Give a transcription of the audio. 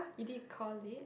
you did core Lit